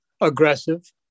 aggressive